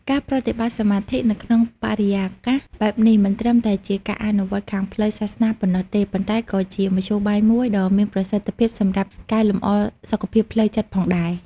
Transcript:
ការប្រតិបត្តិសមាធិនៅក្នុងបរិយាកាសបែបនេះមិនត្រឹមតែជាការអនុវត្តន៍ខាងផ្លូវសាសនាប៉ុណ្ណោះទេ ប៉ុន្តែក៏ជាមធ្យោបាយមួយដ៏មានប្រសិទ្ធភាពសម្រាប់កែលម្អសុខភាពផ្លូវចិត្តផងដែរ។